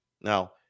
Now